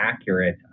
accurate